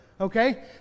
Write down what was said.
okay